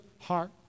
heart